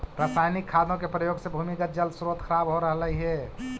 रसायनिक खादों के प्रयोग से भूमिगत जल स्रोत खराब हो रहलइ हे